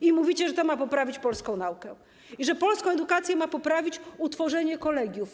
I mówicie, że to ma poprawić polską naukę i że polską edukację ma poprawić utworzenie kolegiów.